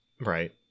Right